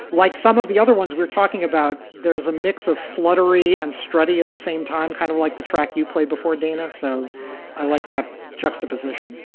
like some of the other ones we're talking about, there's a mix of fluttery and study at the same time. kind of like the track you played before, dana. so i like that juxtaposition